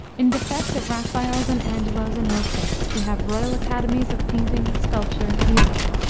in defect of raphaels and angelos and mozarts, we have royal academies of painting, sculpture, music.